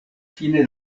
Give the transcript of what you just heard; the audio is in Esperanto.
fine